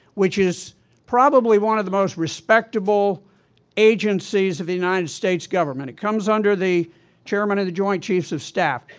which is probably one of the most respectable agencies of the united states government, it comes under the chairman of the joint chiefs of staff,